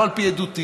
לא על פי עדותי,